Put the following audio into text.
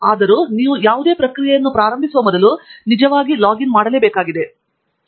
ಆದಾಗ್ಯೂ ನೀವು ಯಾವುದೇ ಪ್ರಕ್ರಿಯೆಯನ್ನು ಪ್ರಾರಂಭಿಸುವ ಮೊದಲು ನೀವು ನಿಜವಾಗಿ ಲಾಗಿನ್ ಮಾಡಬೇಕಾಗಿದೆ